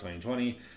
2020